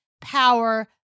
power